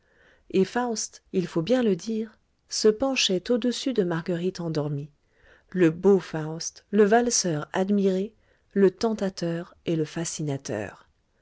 et faust il faut bien le dire se penchait au-dessus de marguerite endormie le beau faust le valseur admiré le tentateur et le fascinateur